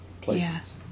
places